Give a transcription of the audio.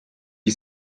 die